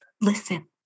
listen